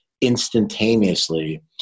Instantaneously